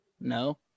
no